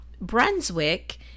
Brunswick